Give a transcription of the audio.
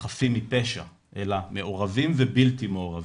חפים מפשע אלא מעורבים ובלתי מעורבים.